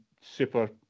super